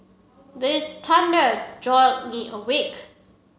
the thunder jolt me awake